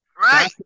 Right